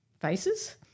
faces